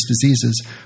diseases